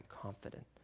confident